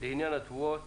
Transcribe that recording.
בענין התבואות,